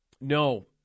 no